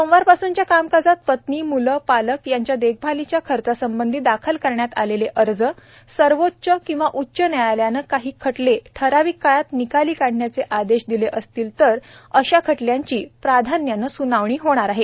सोमवारपासूनच्या कामकाजात पत्नी म्लं पालक यांच्या देखभालीच्या खर्चासंबंधी दाखल करण्यात आलेले अर्ज सर्वोच्च किंवा उच्च न्यायालयानं काही खटले ठराविक काळात निकाली काढण्याचे आदेश दिले असतील तर अशा खटल्यांची प्राधान्याने स्नावणी होणार आहे